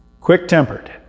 Quick-tempered